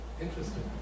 Interesting